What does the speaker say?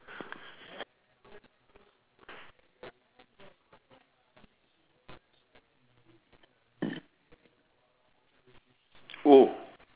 !ooh!